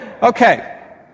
Okay